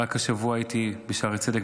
ורק השבוע הייתי בשערי צדק,